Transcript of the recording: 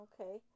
Okay